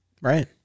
Right